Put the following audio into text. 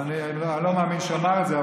אני לא מאמין שהוא אמר את זה,